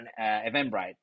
Eventbrite